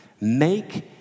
Make